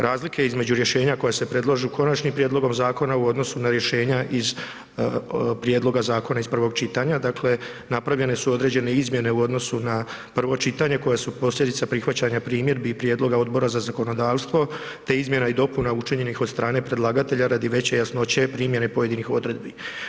Razlike između rješenja koja se predlažu konačnim prijedlogom zakona u odnosu na rješenja iz prijedloga zakona iz prvog čitanja, dakle napravljene su određene izmjene u odnosu na prvo čitanje koja su posljedica prihvaćanja primjedbi i prijedloga Odbora za zakonodavstvo, te izmjena i dopuna učinjenih od strane predlagatelja radi veće jasnoće primjene pojedinih odredbi.